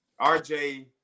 RJ